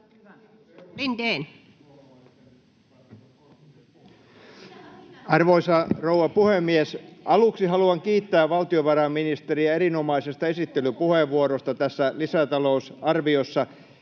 Arvoisa rouva puhemies! Aluksi haluan kiittää valtiovarainministeriä erinomaisesta esittelypuheenvuorosta tässä lisätalousarviossa.